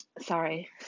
Sorry